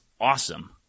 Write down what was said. awesome